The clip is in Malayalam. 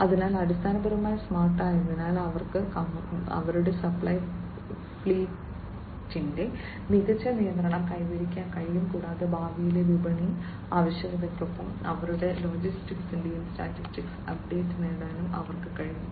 അതിനാൽ അടിസ്ഥാനപരമായി സ്മാർട്ടായതിനാൽ അവർക്ക് അവരുടെ സപ്ലൈ ഫ്ലീറ്റിന്റെ മികച്ച നിയന്ത്രണം കൈവരിക്കാൻ കഴിയും കൂടാതെ ഭാവിയിലെ വിപണി ആവശ്യകതയ്ക്കൊപ്പം അവരുടെ ലോജിസ്റ്റിക്സിന്റെ സ്റ്റാറ്റസ് അപ്ഡേറ്റ് നേടാനും അവർക്ക് കഴിയും